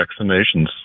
vaccinations